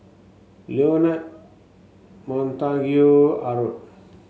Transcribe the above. Leonard Montague Harrod